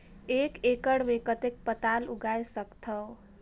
एक एकड़ मे कतेक पताल उगाय सकथव?